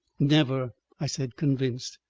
never, i said, convinced.